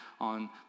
on